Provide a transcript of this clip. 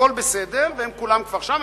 הכול בסדר והם כולם כבר שם.